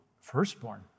Firstborn